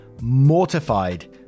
mortified